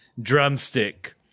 Drumstick